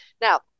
Now